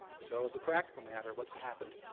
so as a practical matter, what's happened,